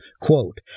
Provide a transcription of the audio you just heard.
quote